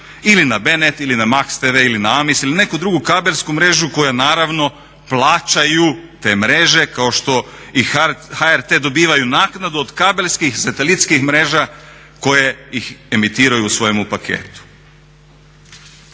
ili na B.net, ili na Maxtv, ili na AMIS ili neku drugu kabelsku mrežu koja naravno plaću te mreže kao što i HRT dobiva naknadu od kabelskih i satelitskih mreža koje ih emitiraju u svojemu paketu.